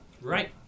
right